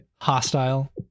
hostile